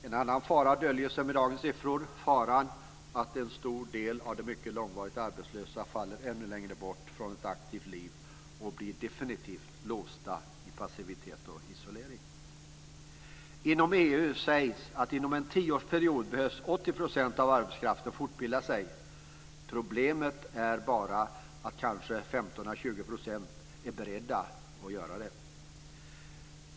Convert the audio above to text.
En annan fara döljer sig i dagens siffror, nämligen faran att en stor del av de mycket långvarigt arbetslösa kommer ännu längre bort från ett aktivt liv och definitivt blir låsta i passivitet och isolering. Inom EU sägs att inom en tioårsperiod behöver 80 % av arbetskraften fortbilda sig. Problemet är att kanske bara 15-20 % är beredda att göra det.